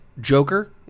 Joker